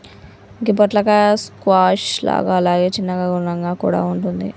గి పొట్లకాయ స్క్వాష్ లాగా అలాగే చిన్నగ గుండ్రంగా కూడా వుంటది